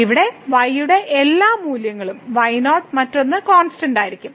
ഇവിടെ y യുടെ എല്ലാ മൂല്യങ്ങളും y0 മറ്റൊന്ന് കോൺസ്റ്റന്റ് ആയിരിക്കും